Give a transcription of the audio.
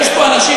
יש פה אנשים,